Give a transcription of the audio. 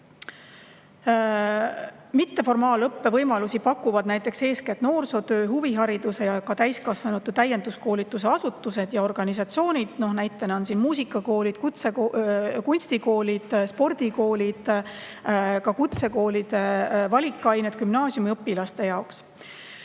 Mitteformaalõppe võimalusi pakuvad näiteks eeskätt noorsootöö, huvihariduse ja ka täiskasvanute täienduskoolituse asutused ja organisatsioonid. Näitena võib tuua muusikakoolid, kunstikoolid, spordikoolid, ka kutsekoolide valikained gümnaasiumiõpilaste jaoks.